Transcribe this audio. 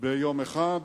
ביום אחד,